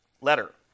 letter